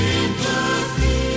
Sympathy